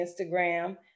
Instagram